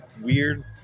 weird